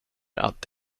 att